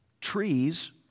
trees